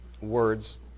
words